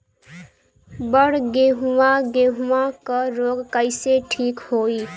बड गेहूँवा गेहूँवा क रोग कईसे ठीक होई?